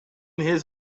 his